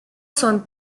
son